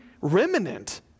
remnant